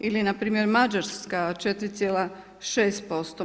Ili npr. Mađarska 4,6%